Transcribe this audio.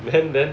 then then